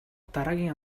дараагийн